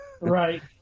Right